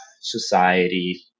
society